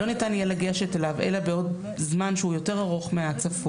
לא ניתן לגשת אליו אלא בעוד זמן שהוא יותר ארוך מהצפוי,